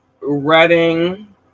Reading